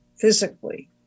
physically